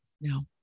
No